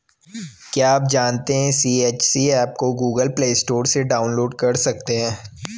क्या आप जानते है सी.एच.सी एप को गूगल प्ले स्टोर से डाउनलोड कर सकते है?